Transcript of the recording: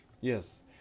yes